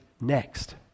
next